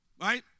Right